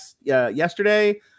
Yesterday